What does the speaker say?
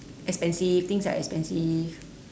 expensive things are expensive